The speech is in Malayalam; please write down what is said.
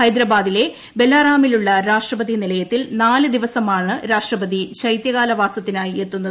ഹൈദരാബാദിലെ ബൊല്ലാറാമിലുള്ള രാഷ്ട്രപതി നിലയത്തിൽ നാല് ദിവസമാണ് രാഷ്ട്രപതി ശൈതൃകാല വാസത്തിനായി എത്തുന്നത്